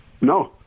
No